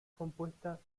compuesta